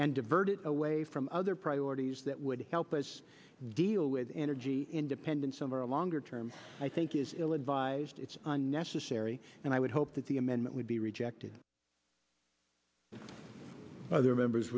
and diverted away from other priorities that would help us deal with energy independence over a longer term i think is ill advised it's unnecessary and i would hope that the amendment would be rejected by their members